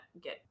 get